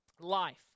life